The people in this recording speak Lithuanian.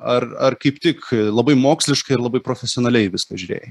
ar ar kaip tik labai moksliškai ir labai profesionaliai į viską žiūrėjai